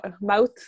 mouth